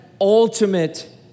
ultimate